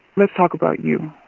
let's talk about you